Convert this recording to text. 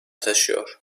taşıyor